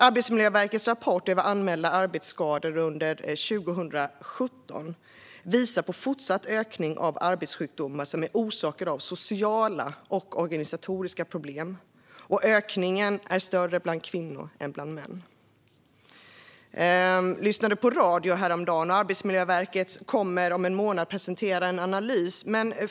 Arbetsmiljöverkets rapport om anmälda arbetsskador under 2017 visar på en fortsatt ökning av arbetssjukdomar orsakade av sociala och organisatoriska problem. Ökningen är större bland kvinnor än bland män. Jag lyssnade på radio häromdagen och hörde att Arbetsmiljöverket om en månad kommer att presentera en analys.